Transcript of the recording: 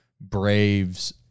Braves